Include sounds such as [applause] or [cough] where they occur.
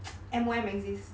[noise] M_O_M exist